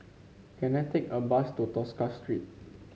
can I take a bus to Tosca Street